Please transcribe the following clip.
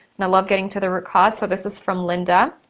and i love getting to the root cause. so, this is from linda.